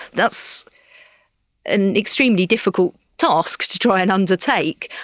that's an extremely difficult task to try and undertake.